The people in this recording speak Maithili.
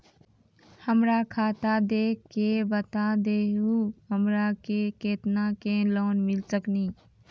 हमरा खाता देख के बता देहु हमरा के केतना के लोन मिल सकनी?